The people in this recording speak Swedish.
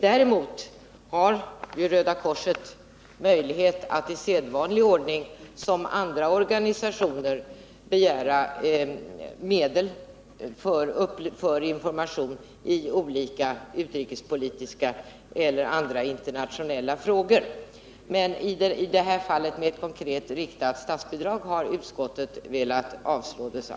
Däremot kan ju Röda korset, som andra organisationer, i sedvanlig ordning begära medel för information i olika utrikespolitiska eller andra internationella frågor. Men i detta fall då det gäller ett konkret riktat statsbidrag har utskottet velat avstyrka.